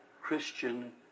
Christian